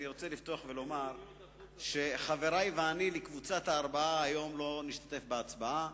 אני רוצה לפתוח ולומר שחברי לקבוצת הארבעה ואני לא נשתתף היום בהצבעה.